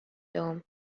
term